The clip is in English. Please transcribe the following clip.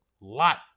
lot